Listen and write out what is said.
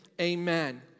amen